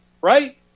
right